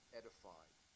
edified